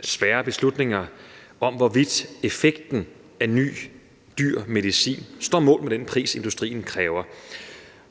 svære beslutninger om, hvorvidt effekten af ny dyr medicin står mål med den pris, industrien kræver.